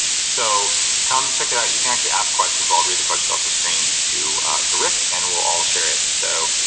so come check it out. you can actually ask questions. i'll read the questions off the screen to to rick and we'll all share it. so,